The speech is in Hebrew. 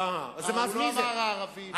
הוא לא אמר הערבים.